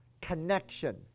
connection